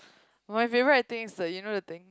my favourite I think is the you know the thing